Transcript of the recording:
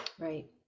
Right